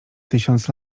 tysiąc